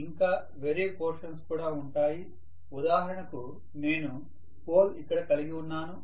ఇంకా వేరే పోర్షన్స్ కూడా ఉంటాయి ఉదాహరణకు నేను పోల్ ఇక్కడ కలిగి ఉన్నాను